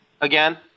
again